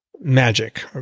magic